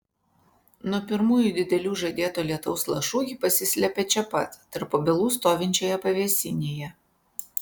nuo pirmųjų didelių žadėto lietaus lašų ji pasislepia čia pat tarp obelų stovinčioje pavėsinėje